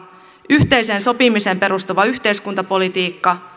yhteiseen sopimiseen perustuva yhteiskuntapolitiikka